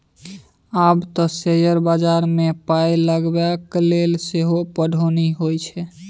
आब तँ शेयर बजारमे पाय लगेबाक लेल सेहो पढ़ौनी होए छै